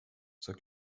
zur